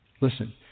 listen